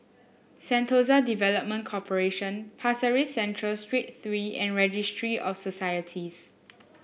Sentosa Development Corporation Pasir Ris Central Street Three and Registry of Societies